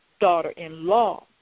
daughter-in-law